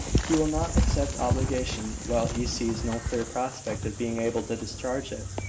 he will not accept obligation, while he sees no clear prospect of being able to discharge it.